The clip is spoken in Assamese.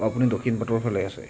আপুনি দক্ষিণ বাটৰ ফালে আছে